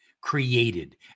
created